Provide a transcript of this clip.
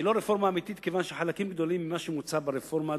היא לא רפורמה אמיתית כיוון שחלקים גדולים ממה שמוצע ברפורמה,